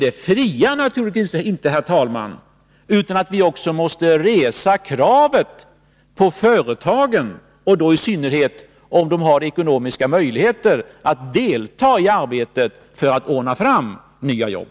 Men naturligtvis skall vi resa krav på företagen, i synnerhet om de har ekonomiska möjligheter härtill, att delta i arbetet för att ordna fram nya jobb.